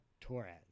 Torres